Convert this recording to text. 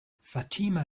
fatima